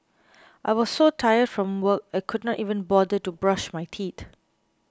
I was so tired from work I could not even bother to brush my teeth